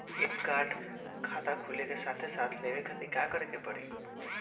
ATM card खाता खुले के साथे साथ लेवे खातिर का करे के पड़ी?